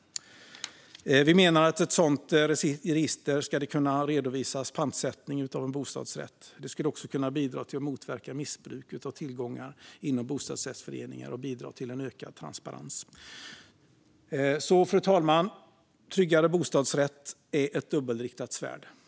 Vi menar att pantsättning av en bostadsrätt ska kunna redovisas i ett sådant register. Det skulle även kunna bidra till att motverka missbruk av tillgångar inom bostadsrättsföreningar och bidra till ökad transparens. Fru talman! Tryggare bostadsrätt är ett dubbelriktat svärd.